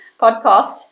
podcast